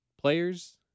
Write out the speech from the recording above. players